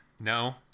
No